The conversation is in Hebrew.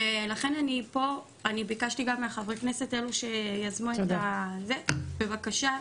לכן ביקשתי מחברי הכנסת האלו שיזמו את הדיון בבקשה,